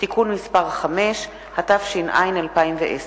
כי הונחו היום על שולחן הכנסת,